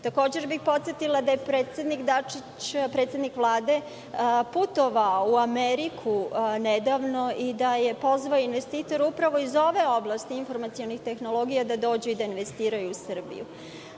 Takođe bih podsetila da je predsednik Dačić, predsednik Vlade putovao u Ameriku nedavno i da je pozvao investitore upravo iz ove oblasti informacionih tehnologija da dođu i da investiraju u Srbiju. Ono